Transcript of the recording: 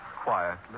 quietly